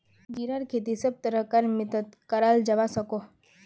जीरार खेती सब तरह कार मित्तित कराल जवा सकोह